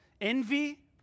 Envy